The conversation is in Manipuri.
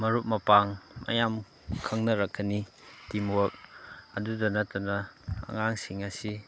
ꯃꯔꯨꯞ ꯃꯄꯥꯡ ꯃꯌꯥꯝ ꯈꯪꯅꯔꯛꯀꯅꯤ ꯇꯤꯝꯋꯥꯔꯛ ꯑꯗꯨꯗ ꯅꯠꯇꯅ ꯑꯉꯥꯡꯁꯤꯡ ꯑꯁꯤ